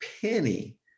penny